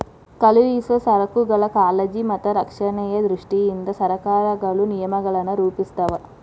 ಕಳುಹಿಸೊ ಸರಕುಗಳ ಕಾಳಜಿ ಮತ್ತ ರಕ್ಷಣೆಯ ದೃಷ್ಟಿಯಿಂದ ಸರಕಾರಗಳು ನಿಯಮಗಳನ್ನ ರೂಪಿಸ್ತಾವ